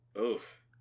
Oof